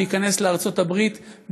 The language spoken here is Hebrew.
להיכנס לארצות הברית,